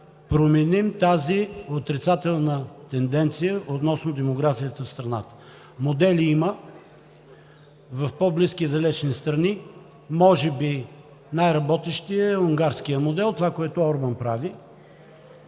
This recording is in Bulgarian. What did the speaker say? променим отрицателната тенденция относно демографията в страната. Модели има в по-близки и далечни страни. Може би най-работещият е унгарският модел – това, което Орбан прави